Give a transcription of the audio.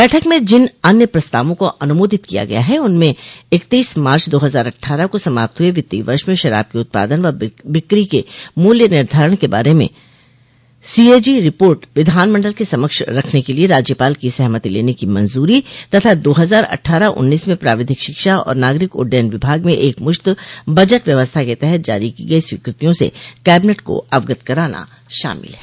बैठक में जिन अन्य प्रस्तावों को अनुमोदित किया गया है उनमें इकतीस मार्च दो हजार अट्ठारह को समाप्त हुए वित्तीय वर्ष में शराब के उत्पादन व बिक्री के मूल्य निर्धारण के बारे में सीएजी रिपोर्ट विधानमंडल के समक्ष रखने के लिये राज्यपाल की सहमति लेने की मंजूरी तथा दो हजार अट्ठारह उन्नीस में प्राविधिक शिक्षा और नागरिक उड्डयन विभाग में एक मुश्त बजट व्यवस्था के तहत जारी की गई स्वीकृतियों से कैबिनेट को अवगत कराना शामिल हैं